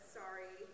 sorry